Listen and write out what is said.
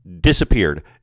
disappeared